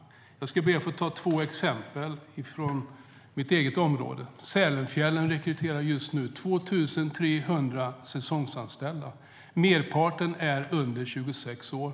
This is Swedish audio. Jag ska be att få ta två exempel från mitt eget område. Sälenfjällen rekryterar just nu 2 300 säsongsanställda. Merparten är under 26 år.